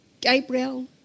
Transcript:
Gabriel